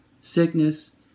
sickness